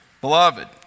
beloved